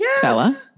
fella